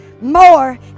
More